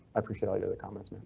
appreciated the comments.